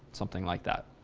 something like that.